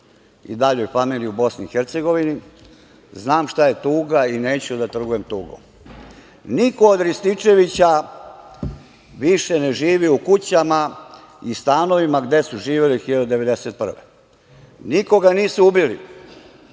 i daljoj familiji u BiH, znam šta je tuga i neću da trgujem tugom. Niko od Rističevića više ne živi u kućama i stanovima gde su živeli 1991. godine. Nikoga nisu ubili.